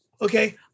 Okay